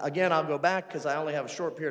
again i'll go back because i only have a short period of